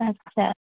আচ্ছা